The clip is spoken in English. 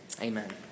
Amen